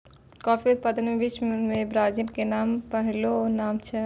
coffee उत्पादन मॅ विश्व मॅ ब्राजील के पहलो नाम छै